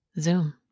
Zoom